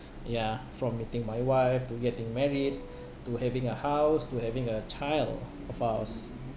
ya from meeting my wife to getting married to having a house to having a child of ours